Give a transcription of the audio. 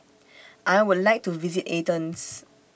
I Would like to visit Athens